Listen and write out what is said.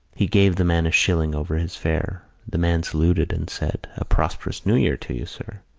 he gave the man a shilling over his fare. the man saluted and said a prosperous new year to you, sir.